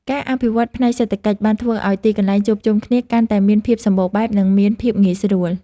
ការអភិវឌ្ឍផ្នែកសេដ្ឋកិច្ចបានធ្វើឱ្យទីកន្លែងជួបជុំគ្នាកាន់តែមានភាពសម្បូរបែប និងមានភាពងាយស្រួល។